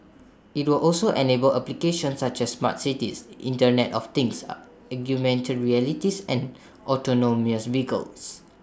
IT will also enable applications such as smart cities Internet of things augmented realities and autonomous vehicles